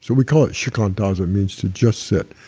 so we call it shikantaza it means to just sit,